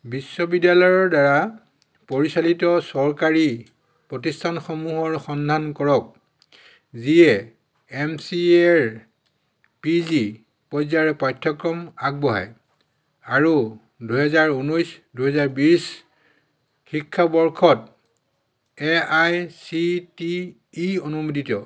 বিশ্ববিদ্যালয়ৰ দ্বাৰা পৰিচালিত চৰকাৰী প্ৰতিষ্ঠানসমূহৰ সন্ধান কৰক যিয়ে এম চি এৰ পি জি পৰ্যায়ৰ পাঠ্যক্ৰম আগবঢ়ায় আৰু দুহেজাৰ ঊনৈছ দুহেজাৰ বিছ শিক্ষাবৰ্ষত A I C T E অনুমোদিত